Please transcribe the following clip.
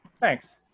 Thanks